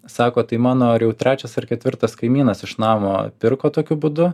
sako tai mano ar jau trečias ar ketvirtas kaimynas iš namo pirko tokiu būdu